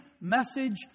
message